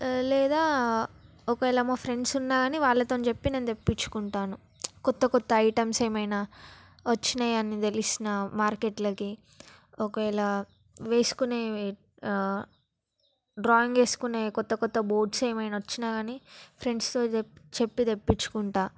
లేదా ఒకవేళ మా ఫ్రెండ్స్ ఉన్నా కానీ వాళ్ళతో చెప్పి నేను తెప్పించుకుంటాను కొత్త కొత్త ఐటెంమ్స్ ఏమైనా వచ్చాయని తెలిసినా మార్కెట్లోకి ఒకవేళ వేసుకొనేవి ఆ డ్రాయింగ్ వేసుకొనే కొత్త కొత్త బోర్డ్స్ ఏమైనా వచ్చినా కానీ ఫ్రెండ్స్తో చెప్పి తెప్పించుకుంటాను